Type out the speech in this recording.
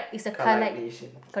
car like nation